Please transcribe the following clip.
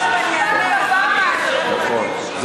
חברת הכנסת לוי, יש תקנון הכנסת.